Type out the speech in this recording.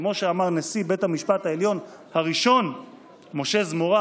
כמו שאמר נשיא בית המשפט העליון הראשון משה זמורה: